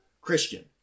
Christian